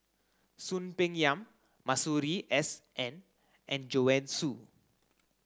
Soon Peng Yam Masuri S N and Joanne Soo